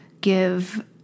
give